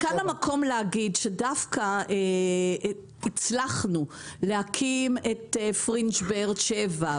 וכאן המקום להגיד שדווקא הצלחנו להקים את פרינג' באר שבע,